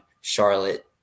Charlotte